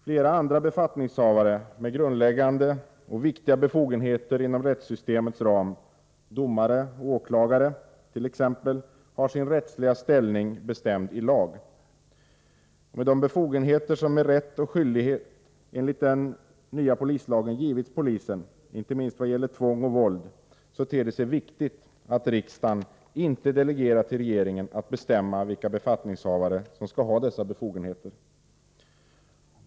Flera andra befattningshavare med grundläggande och viktiga befogenheter inom rättssystemets ram, t.ex. domare och åklagare, har sin rättsliga ställning bestämd i lag. Med de befogenheter som med rätt och skyldighet enligt den nya polislagen givits polisen, inte minst vad gäller tvång och våld, ter det sig viktigt att riksdagen inte delegerar till regeringen att bestämma vilka befattningshavare som skall ha dessa befogenheter.